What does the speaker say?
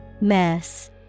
Mess